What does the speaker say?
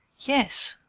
yes,